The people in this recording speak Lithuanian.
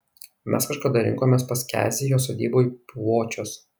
mes kažkada rinkomės pas kezį jo sodyboj puvočiuos